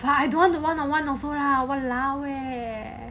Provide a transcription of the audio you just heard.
I don't want one on one !walao! eh